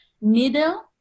needle